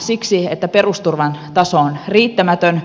siksi että perusturvan taso on riittämätön